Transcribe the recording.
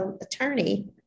attorney